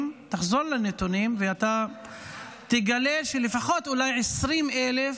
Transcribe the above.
לנתונים ותגלה שלפחות 20,000,